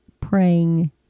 praying